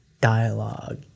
dialogue